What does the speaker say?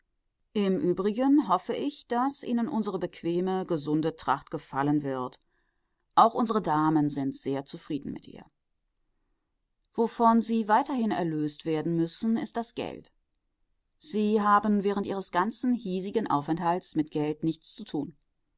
im übrigen hoffe ich daß ihnen unsere bequeme gesunde tracht gefallen wird auch unsere damen sind sehr zufrieden mit ihr wovon sie weiterhin erlöst werden müssen ist das geld sie haben während ihres ganzen hiesigen aufenthalts mit geld nichts zu tun